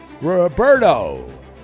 Roberto